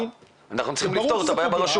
אנחנו צריכים לפתור את הבעיה ברשות.